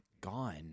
gone